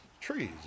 trees